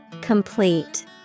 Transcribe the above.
Complete